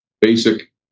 basic